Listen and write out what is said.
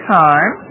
time